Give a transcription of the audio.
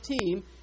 team